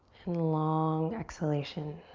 and long exhalation.